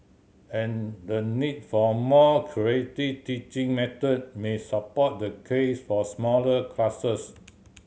and the need for more creative teaching method may support the case for smaller classes